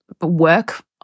work